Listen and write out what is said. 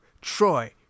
Troy